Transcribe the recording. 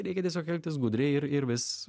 reikia tiesiog elgtis gudriai ir ir vis